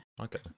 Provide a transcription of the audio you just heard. Okay